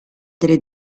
delle